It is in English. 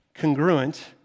congruent